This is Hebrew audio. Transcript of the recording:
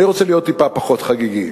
אני רוצה להיות טיפה פחות חגיגי.